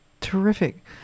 Terrific